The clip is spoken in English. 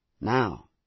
Now